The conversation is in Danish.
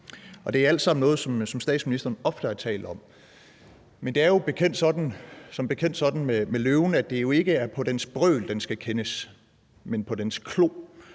det er alt sammen noget, som statsministeren ofte har talt om. Men det er jo som bekendt sådan med løven, at det jo ikke er på dens brøl, den skal kendes, men på dens klo,